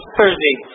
Thursday